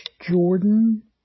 Jordan